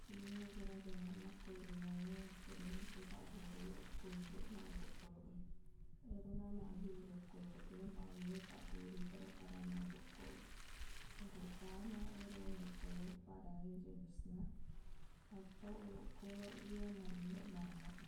sininna jama-jamanna okko linowe akko deq nengka ipaggurui okko indoqna olokkolok e. Erona magi olokkolok e naulle paggurui pada-padanna olokkolok. Terutama ero olokkolok pada e jenisna, atau olokkolok iye marindok maranak e.